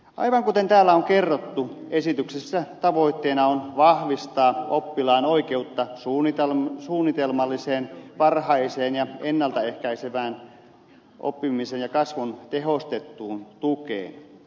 aivan kuten täällä on kerrottu esityksessä tavoitteena on vahvistaa oppilaan oikeutta suunnitelmalliseen varhaiseen ja ennalta ehkäisevään oppimisen ja kasvun tehostettuun tukeen